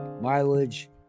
mileage